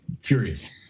furious